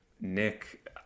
Nick